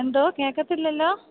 എന്താണ് കേള്ക്കുന്നില്ലല്ലോ